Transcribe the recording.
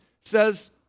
says